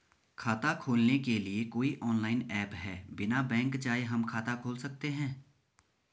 खाता खोलने के लिए कोई ऑनलाइन ऐप है बिना बैंक जाये हम खाता खोल सकते हैं?